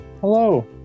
Hello